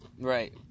Right